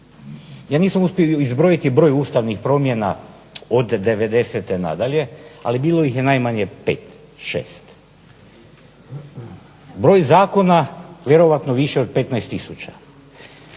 Ja nisam uspio izbrojiti broj ustavnih promjena od '90.-te nadalje ali bilo ih je najmanje 5, 6. Broj zakona vjerojatno više od 15000.